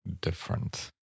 different